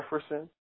Jefferson